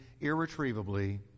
irretrievably